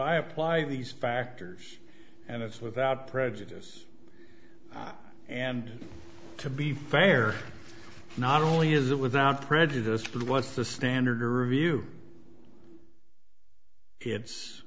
i apply these factors and it's without prejudice and to be fair not only is it without prejudice but what's the standard review it's